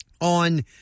on